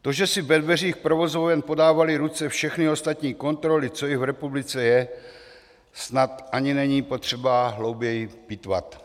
To, že si ve dveřích provozoven podávaly ruce všechny ostatní kontroly, co jich v republice je, snad ani není potřeba hlouběji pitvat.